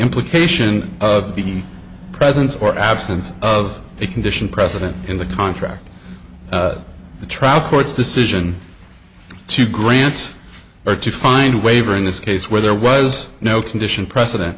implication of the presence or absence of a condition precedent in the contract the trial court's decision to grant or to find a waiver in this case where there was no condition precedent